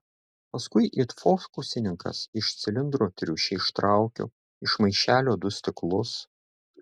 paskui it fokusininkas iš cilindro triušį ištraukiu iš maišelio du stiklus